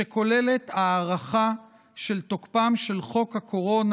שכוללת הארכה של תוקפם של חוק הקורונה,